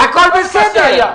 הכול בסדר.